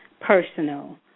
personal